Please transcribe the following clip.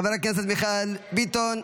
חבר הכנסת מיכאל ביטון,